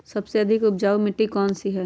सबसे अधिक उपजाऊ मिट्टी कौन सी हैं?